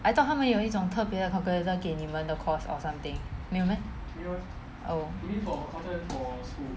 I thought 他们有一种特别的 calculator 给你们的 course or something 没有 meh